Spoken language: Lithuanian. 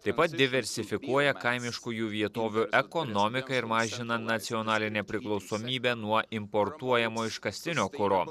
taip pat diversifikuoja kaimiškųjų vietovių ekonomiką ir mažina nacionalinę priklausomybę nuo importuojamo iškastinio kuro